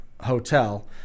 Hotel